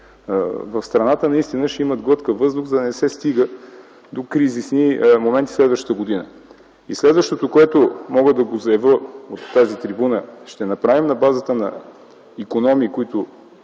в страната наистина ще имат глътка въздух, за да не се стига до кризисни моменти в следващата година. И следващото, което мога да заявя от тази трибуна, че ще направим следващата година –